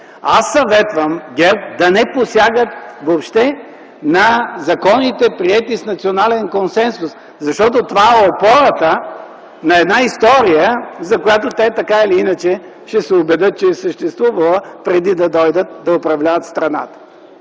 Аз съветвам ГЕРБ въобще да не посягат на законите, приети с национален консенсус. Това е опората на една история, за която така или иначе те ще се убедят, че е съществувала преди да дойдат да управляват страната.